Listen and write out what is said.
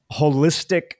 holistic